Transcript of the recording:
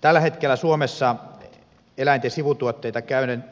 tällä hetkellä suomessa eläinten sivutuotteita